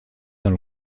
dans